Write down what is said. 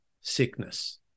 sickness